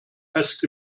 fest